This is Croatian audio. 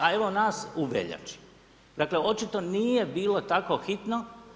A evo nas u veljači, dakle očito nije bilo tako hitno.